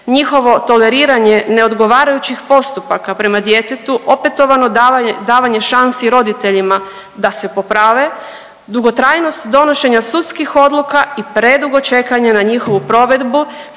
Njihovo toleriranje neodgovarajućih postupaka prema djetetu, opetovano davanje šansi roditeljima da se poprave, dugotrajnost donošenja sudskih odluka i predugo čekanje na njihovu provedbu